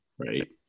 right